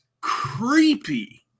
creepy